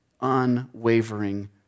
unwavering